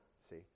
see